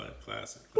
classic